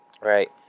right